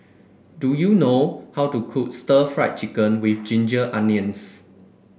do you know how to cook stir Fry Chicken with Ginger Onions